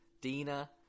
Dina